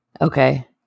okay